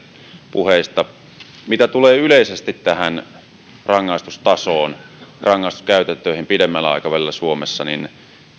puheistamme mitä tulee yleisesti rangaistustasoon ja rangaistuskäytäntöihin pidemmällä aikavälillä suomessa niin